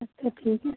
अच्छा ठीक है